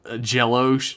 jello